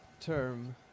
term